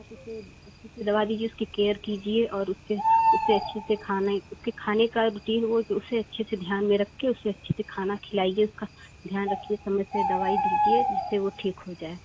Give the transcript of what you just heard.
आप उसे अच्छे से दवा दीजिए उसकी केयर कीजिए और उसके उसे अच्छे से खाने उसके खाने का रूटीन वो जो उसे अच्छे से ध्यान में रखके उसे अच्छे से खाना खिलाइए उसका ध्यान रखिए समय से दवाई दीजिए जिससे वो ठीक हो जाए